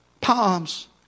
palms